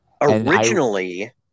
Originally